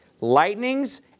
lightnings